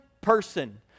person